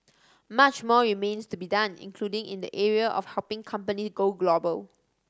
much more remains to be done including in the area of helping companies go global